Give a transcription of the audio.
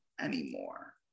anymore